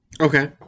Okay